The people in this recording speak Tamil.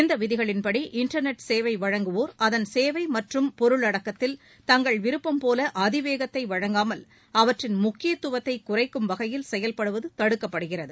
இந்த விதிகளின்படி இண்டர்நெட் சேவை வழங்குவோர் அதன் சேவை மற்றும் பொருளடக்கதில் தங்கள் விருப்பம்போல அதிவேகத்தை வழங்காமல் அவற்றின் முக்கியத்துவத்தை குறைக்கும் வகையில் செயல்படுவது தடுக்கப்படுகிறது